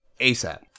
ASAP